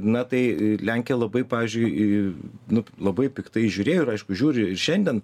na tai lenkija labai pavyzdžiui nu labai piktai žiūrėjo ir aišku žiūri ir šiandien